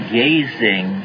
gazing